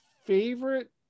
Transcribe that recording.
favorite